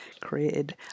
created